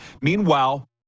Meanwhile